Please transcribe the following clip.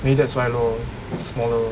maybe that's why lor smaller